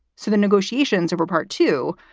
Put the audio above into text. so the negotiations over part two,